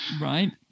right